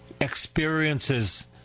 experiences